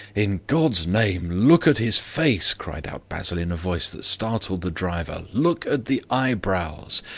in god's name, look at his face, cried out basil in a voice that startled the driver. look at the eyebrows.